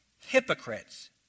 hypocrites